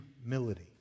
humility